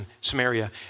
Samaria